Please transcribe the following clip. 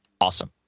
awesome